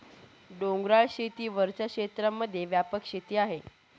डोंगराळ शेती वरच्या क्षेत्रांमध्ये व्यापक शेती आहे